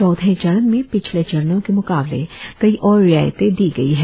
चौथे चरण में पिछले चरणों के म्काबले कई और रियायतें दी गयी हैं